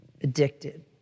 addicted